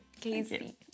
Casey